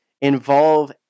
involve